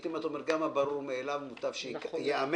גם הברור מאליו מוטב שייאמר.